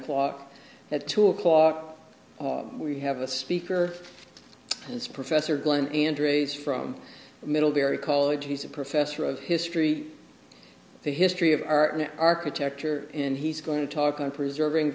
o'clock at two o'clock we have a speaker is professor glenn andres from middlebury college he's a professor of history the history of our architecture and he's going to talk on preserving